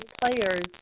players